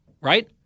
right